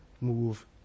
move